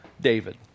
david